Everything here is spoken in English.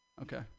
Okay